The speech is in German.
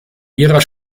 ihrer